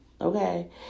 Okay